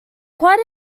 quite